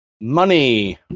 money